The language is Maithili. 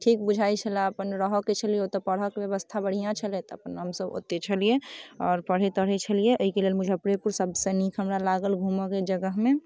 ठीक बुझाइ छलै अपन रहऽके छलै ओतऽ पढ़ैके बेबस्था बढ़िआँ छलै तऽ हमसब ओतऽ छलिए आओर पढ़ै तढ़ै छलिए एहिके लेल मुजफ्फरेपुर सबसँ नीक हमरा लागल घुमऽके जगहमे